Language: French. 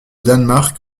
danemark